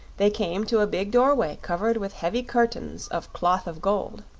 they came to a big doorway covered with heavy curtains of cloth of gold.